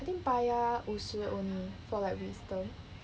I think 拔牙五十 only for like wisdom